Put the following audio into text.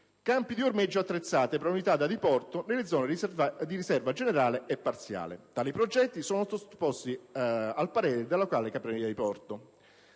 campi di ormeggio attrezzati per le unità da diporto nelle zone di riserva generale e parziale; tali progetti sono sottoposti al parere della locale capitaneria di porto.